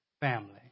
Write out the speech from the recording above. family